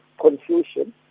confusion